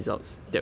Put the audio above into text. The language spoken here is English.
it's just